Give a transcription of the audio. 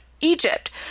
Egypt